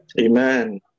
amen